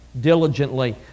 diligently